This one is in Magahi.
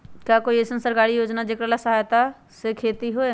का कोई अईसन सरकारी योजना है जेकरा सहायता से खेती होय?